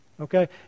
Okay